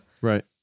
Right